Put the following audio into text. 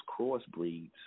crossbreeds